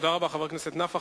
תודה רבה לחבר הכנסת נפאע.